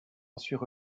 ensuite